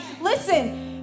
listen